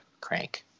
crank